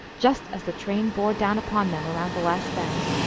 just as the train bore down upon them around the last bend.